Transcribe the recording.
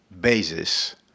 basis